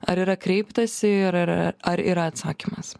ar yra kreiptasi ir ar yra atsakymas